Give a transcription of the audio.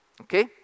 Okay